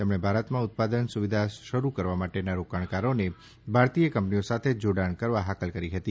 તેમણે ભારતમાં ઉત્પાદન સુવિધા શરૂ કરવા માટે રોકાણકારોને ભારતીય કંપનીઓ સાથે જોડાણ કરવા હાકલ કરી હતી